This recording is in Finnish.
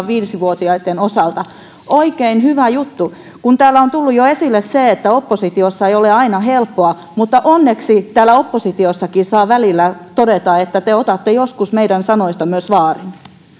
viisi vuotiaitten osalta oikein hyvä juttu täällä on jo tullut esille se että oppositiossa ei ole aina helppoa mutta onneksi täällä oppositiossakin saa välillä todeta että te otatte joskus meidän sanoistamme myös vaarin